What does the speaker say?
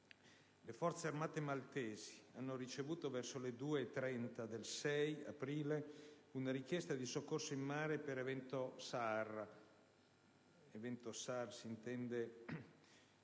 Le Forze armate maltesi hanno ricevuto, verso le ore 2,30 del 6 aprile, una richiesta di soccorso in mare per evento SAR, con cui s'intende